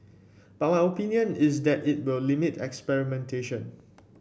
but my opinion is that it will limit experimentation